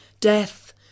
death